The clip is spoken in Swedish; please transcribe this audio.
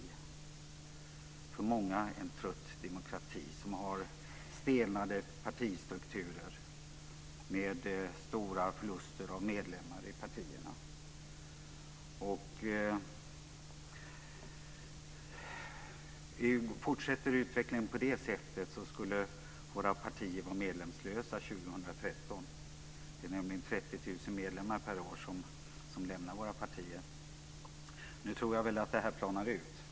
Det är för många en trött demokrati som har stelnade partistrukturer med stora förluster av medlemmar i partierna. Fortsätter utvecklingen på detta sätt skulle våra partier vara medlemslösa år 2013. Det är nämligen 30 000 medlemmar per år som lämnar våra partier. Nu tror jag att det planar ut.